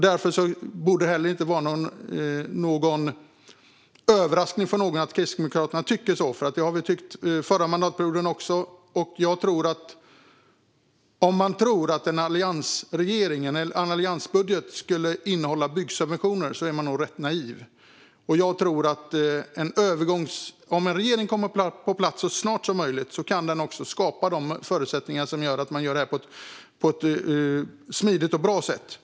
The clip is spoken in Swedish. Det borde inte vara en överraskning för någon att Kristdemokraterna tycker så, för det tyckte vi också den förra mandatperioden. Om man tror att en alliansbudget innehåller byggsubventioner är man nog rätt naiv. Jag tror att om en regering kommer på plats så snart som möjligt kan den skapa förutsättningar för att göra detta på ett smidigt och bra sätt.